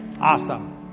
Awesome